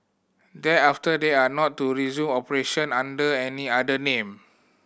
thereafter they are not to resume operation under any other name